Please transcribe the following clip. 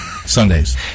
Sundays